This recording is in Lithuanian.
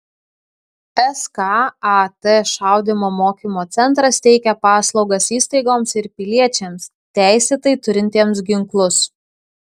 skat šaudymo mokymo centras teikia paslaugas įstaigoms ir piliečiams teisėtai turintiems ginklus